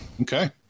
Okay